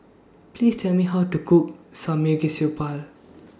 Please Tell Me How to Cook